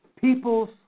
peoples